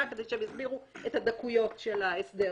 כדי שהם יסבירו את הדקויות של ההסדר.